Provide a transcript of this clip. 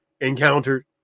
encountered